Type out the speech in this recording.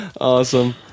Awesome